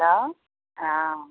hello हँ